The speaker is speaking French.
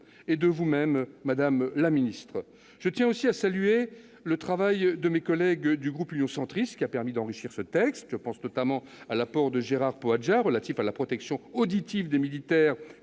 et de vous-même, madame la ministre. Je tiens aussi à saluer le travail de mes collègues du groupe Union Centriste, qui a permis d'enrichir ce texte. Je pense notamment à l'apport de Gérard Poadja relatif à la protection auditive des militaires